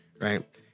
right